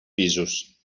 pisos